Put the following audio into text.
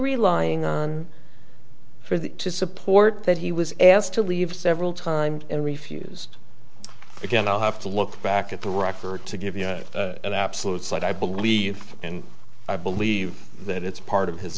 relying on for the support that he was asked to leave several times and refused again i'll have to look back at the record to give you an absolute cite i believe and i believe that it's part of his